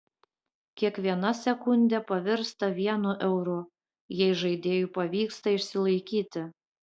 kiekviena sekundė pavirsta vienu euru jei žaidėjui pavyksta išsilaikyti